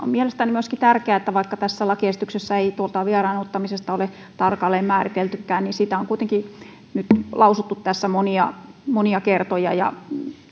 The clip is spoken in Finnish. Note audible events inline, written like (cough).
(unintelligible) on mielestäni myöskin tärkeää että vaikka tässä lakiesityksessä ei tuota vieraannuttamista ole tarkalleen määriteltykään niin siitä on kuitenkin nyt lausuttu tässä monia monia kertoja